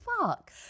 fuck